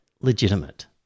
legitimate